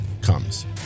comes